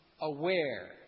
aware